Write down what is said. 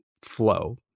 flow